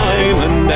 island